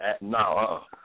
no